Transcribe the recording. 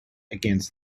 against